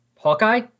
Hawkeye